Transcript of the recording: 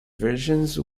versions